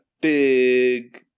big